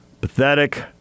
Pathetic